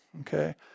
Okay